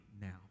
now